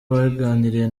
baganiriye